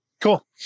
cool